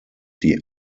die